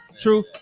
True